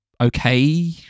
okay